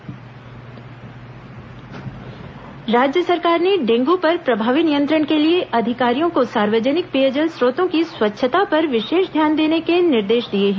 dengue सुरक्षा राज्य सरकार ने डेंगू पर प्रभावी नियंत्रण के लिए अधिकारियों को सार्वजनिक पेयजल स्रोतों की स्वच्छता पर विशेष ध्यान देने के निर्देश दिए हैं